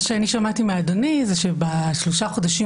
מה שאני שמעתי מאדוני הוא שבשלושה החודשים